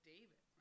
David